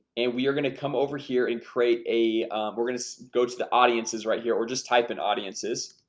and we are gonna come over here and create a we're gonna go to the audiences right here or just type in audiences